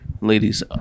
ladies